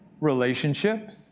Relationships